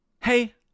Hey